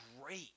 great